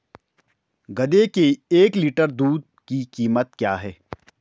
गधे के एक लीटर दूध की कीमत क्या है?